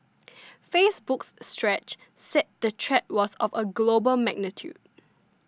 Facebook's Stretch said the threat was of a global magnitude